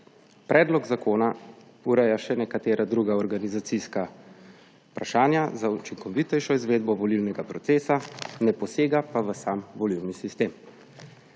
Predlog zakona ureja še nekatera druga organizacijska vprašanja za učinkovitejšo izvedbo volilnega procesa, ne posega pa v sam volilni sistem.